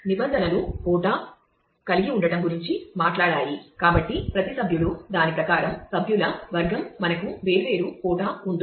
నిబంధనలు కోటా అవుతుంది